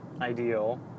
ideal